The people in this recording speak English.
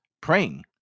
praying